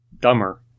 Dumber